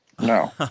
No